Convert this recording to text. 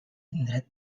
indret